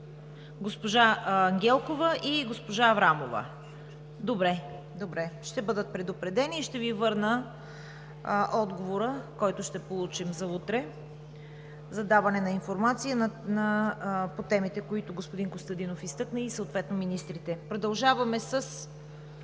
госпожа Ангелкова и госпожа Аврамова? Добре, ще бъдат предупредени и ще Ви върна отговора, който ще получим за даване на информация утре, по темите, които господин Костадинов изтъкна, съответно от министрите. Продължаваме с